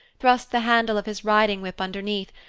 thrust the handle of his riding whip underneath,